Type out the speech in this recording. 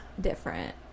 Different